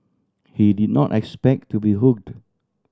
he did not expect to be hooked